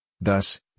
Thus